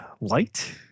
light